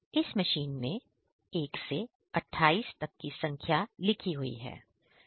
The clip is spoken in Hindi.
इस मशीन में 1 28 तब की संख्या लिखी हुई है